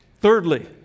Thirdly